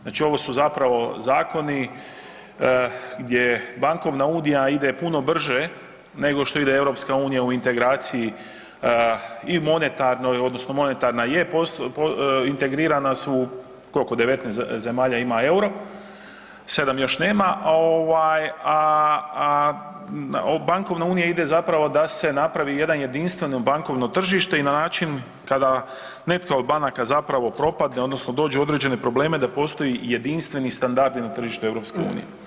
Znači ovo su zapravo zakoni gdje bankovna unija ide puno brže nego što ide EU u integraciji i monetarnoj odnosno monetarna je, integrirana su, kolko, 19 zemalja ima EUR-o, 7 još nema, ovaj, a, a bankovna unija ide zapravo da se napravi jedan jedinstveno bankovno tržište i na način kada netko od banaka zapravo propadne odnosno dođe u određene probleme da postoji jedinstveni standardi na tržištu EU.